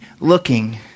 looking